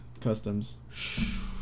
customs